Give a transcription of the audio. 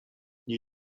nie